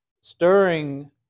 stirring